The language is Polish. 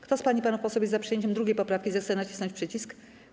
Kto z pań i panów posłów jest za przyjęciem 2. poprawki, zechce nacisnąć przycisk.